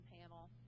panel